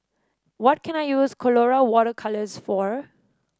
what can I use Colora Water Colours for